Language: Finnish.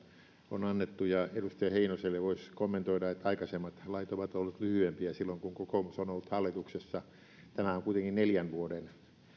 on annettu ja edustaja heinoselle voisi kommentoida että aikaisemmat lait ovat olleet lyhyempiä silloin kun kokoomus on ollut hallituksessa tämä on kuitenkin neljän vuoden